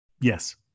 Yes